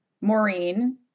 Maureen